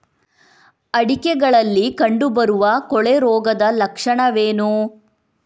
ಅಡಿಕೆಗಳಲ್ಲಿ ಕಂಡುಬರುವ ಕೊಳೆ ರೋಗದ ಲಕ್ಷಣವೇನು?